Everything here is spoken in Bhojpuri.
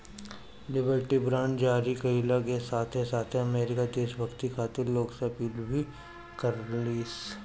लिबर्टी बांड जारी कईला के साथे साथे अमेरिका देशभक्ति खातिर लोग से अपील भी कईलस